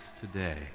today